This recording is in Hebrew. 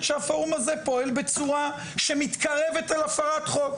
שהפורום הזה פועל בצורה שמתקרבת אל הפרת חוק,